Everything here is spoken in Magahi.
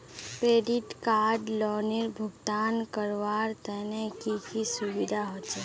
क्रेडिट कार्ड लोनेर भुगतान करवार तने की की सुविधा होचे??